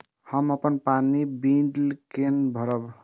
हम अपन पानी के बिल केना भरब?